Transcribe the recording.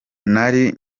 nari